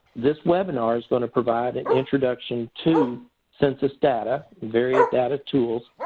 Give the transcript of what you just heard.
this webinar is going to provide an introduction to census data, various data tools,